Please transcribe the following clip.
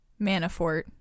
manafort